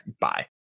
bye